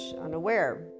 unaware